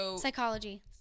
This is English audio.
Psychology